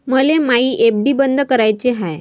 मले मायी एफ.डी बंद कराची हाय